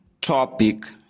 topic